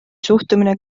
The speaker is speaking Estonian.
suhtumine